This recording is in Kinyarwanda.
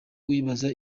wibaza